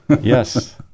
Yes